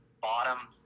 bottom